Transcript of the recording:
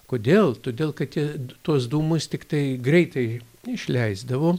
kodėl todėl kad tie tuos dūmus tiktai greitai išleisdavo